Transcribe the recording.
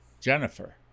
jennifer